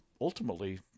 ultimately